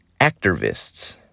activists